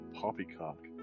poppycock